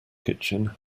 kitchen